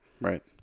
Right